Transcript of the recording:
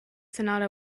sonata